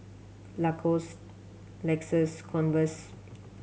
Lacos Lexus Converse